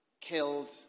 killed